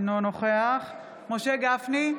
אינו נוכח משה גפני,